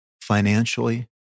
financially